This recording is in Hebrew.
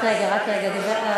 רק רגע, רק רגע.